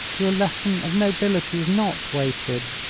your lesson of nobility is not wasted.